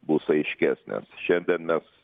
bus aiškesnės šiandien mes